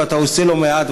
ואתה עושה לא מעט,